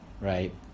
Right